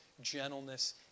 gentleness